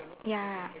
ya